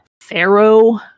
pharaoh